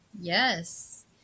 Yes